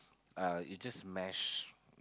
uh you just mash